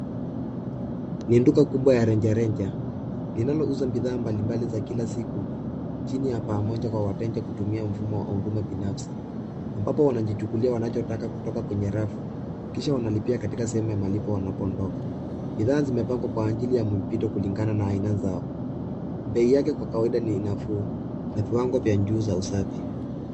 Ni duka kubwa ya rejareja linalouzwa bidhaa mbalimbali za kila siku chini ya paa moja chini ya paa moja kwa wateja kutumia mfumo wa binafsi amvapo wanajichukulia wanachotaka kutoka kwenye rafu kisha wanajilipia katika sehemu ya malipo wanapondoka. Bidhaa zimepangwa kwa ajili ya mpito kulingana na aina zao. Bei yake kwa kawaida ni nafuu na viwango vya juu vya usafi.